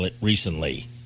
recently